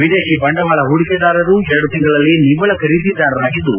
ವಿದೇಶಿ ಬಂಡವಾಳ ಹೂಡಿಕೆದಾರರು ಎರಡು ತಿಂಗಳಲ್ಲಿ ನಿವ್ವಳ ಖರೀದಿದಾರರಾಗಿದ್ದು